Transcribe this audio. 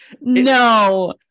No